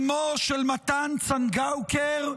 אימו של מתן צנגאוקר,